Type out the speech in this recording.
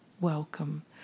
welcome